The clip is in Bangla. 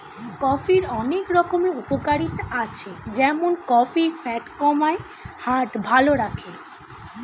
কফির অনেক রকম উপকারিতা আছে যেমন কফি ফ্যাট কমায়, হার্ট ভালো রাখে